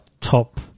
top